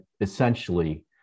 essentially